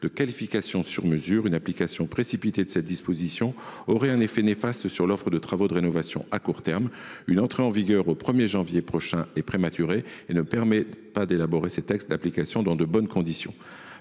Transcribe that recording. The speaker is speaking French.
de qualification sur mesure. Une mise en œuvre précipitée de ce dispositif aurait un effet néfaste sur l’offre de travaux de rénovation à court terme. Une entrée en vigueur au 1 janvier prochain serait prématurée. Cette échéance ne permettrait pas d’élaborer ces textes d’application dans de bonnes conditions.